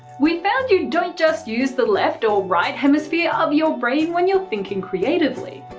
we've found you don't just use the left or right hemisphere of your brain when you're thinking creatively.